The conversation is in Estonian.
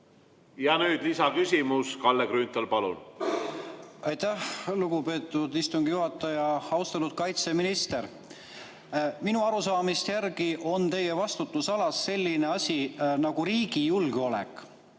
Nüüd lisaküsimus. Kalle Grünthal, palun! Aitäh, lugupeetud istungi juhataja! Austatud kaitseminister! Minu arusaamise järgi on teie vastutusalas selline asi nagu riigi julgeolek.